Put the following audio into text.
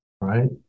right